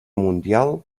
mundial